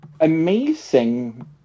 amazing